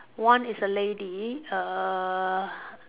one is a lady err